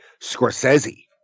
Scorsese